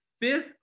fifth